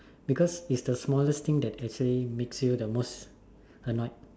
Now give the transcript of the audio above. because it's the smallest thing that makes you the most annoyed